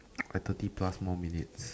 like thirty plus more minutes